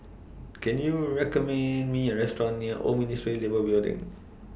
Can YOU recommend Me A Restaurant near Old Ministry of Labour Building